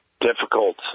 difficult